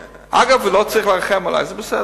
אגב, לא צריך לרחם עלי, זה בסדר.